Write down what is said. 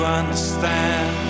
understand